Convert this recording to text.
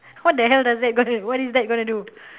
what the hell does that gonna what is that gonna do